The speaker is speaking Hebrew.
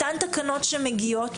התקנות שמגיעות,